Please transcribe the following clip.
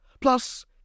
Plus